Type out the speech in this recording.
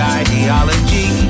ideology